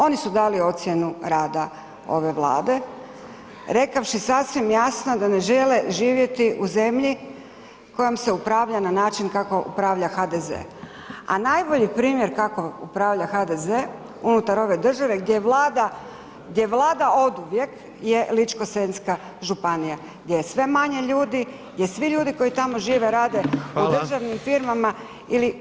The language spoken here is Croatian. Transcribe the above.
Oni su dali ocjenu rada ove Vlade, rekavši sasvim jasno da ne žele živjeti u zemlji kojom se upravlja na način kako upravlja HDZ, a najbolji primjer kako upravlja HDZ unutar ove države gdje Vlada oduvijek je Ličko-senjska županija, gdje je sve manje ljudi, gdje svi ljudi koji tamo žive rade u državnim firmama ili